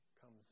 comes